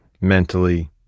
mentally